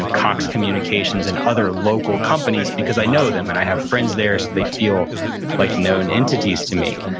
and cox communications and other local companies because i know them and i have friends there, so they feel like known entities to me.